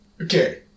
Okay